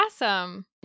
awesome